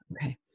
Okay